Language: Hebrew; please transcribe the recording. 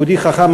יהודי חכם,